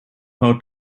how